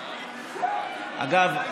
אגב,